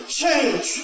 change